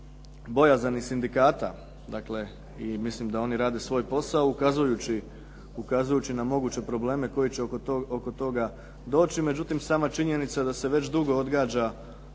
bojazan i sindikata, dakle i mislim da oni rade svoj posao ukazujući na moguće probleme koji će oko toga doći. Međutim, sama činjenica da se već dugo odgađa